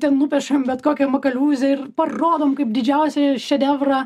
ten nupiešame bet kokią makaliuzę ir parodom kaip didžiausią šedevrą